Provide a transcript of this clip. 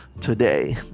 today